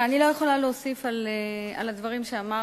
אני לא יכולה להוסיף על הדברים שאמרתי.